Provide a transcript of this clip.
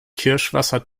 kirschwasser